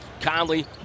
Conley